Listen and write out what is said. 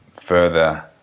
further